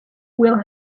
will